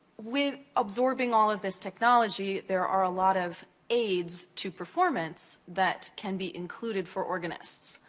with absorbing all of this technology, there are a lot of aids to performance that can be included for organists.